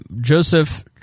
Joseph